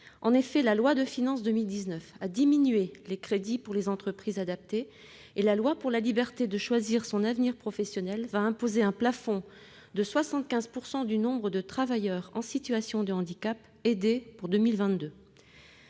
La loi de finances pour 2019 a diminué les crédits pour les entreprises adaptées et la loi pour la liberté de choisir son avenir professionnel va imposer un plafond de 75 % du nombre de travailleurs en situation de handicap aidés pour 2022.